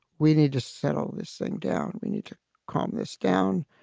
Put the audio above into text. we need to settle this thing down. we need. commonness down.